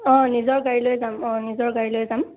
অঁ নিজৰ গাড়ী লৈ যাম অঁ নিজৰ গাড়ী লৈ যাম